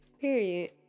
Period